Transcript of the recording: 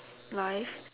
life